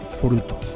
fruto